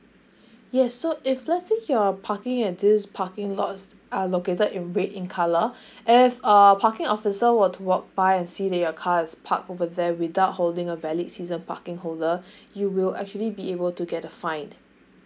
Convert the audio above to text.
yes so if let's say your parking at this parking lots are located in red in colour if err parking officer were to walk by and see that your car is parked over there without holding a valid season parking holder you will actually be able to get a fine